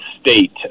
State